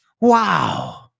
Wow